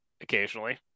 occasionally